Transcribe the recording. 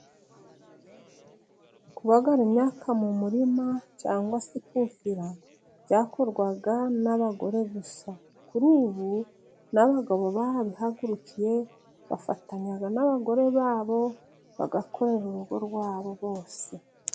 Kubagara imyaka mu murima, cyangwa se kufira byakorwaga n'abagore gusa, kuri ubu n' abagabo babihagurukiye bafatanya n'abagore babo, bagakorera urugo rwabo bose.